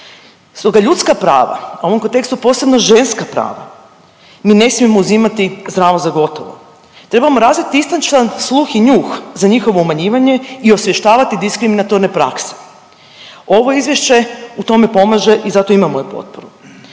Stoga ljudska prava, a u ovom kontekstu posebno ženska prava mi ne smijemo uzimati zdravo za gotovo. Trebamo razviti istančan sluh i njuh za njihovo umanjivanje i osvještavati diskriminatorne prakse. Ovo izvješće u tome pomaže i zato ima moju potporu.